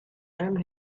and